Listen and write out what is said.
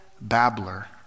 babbler